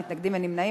אין מתנגדים,